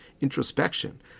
introspection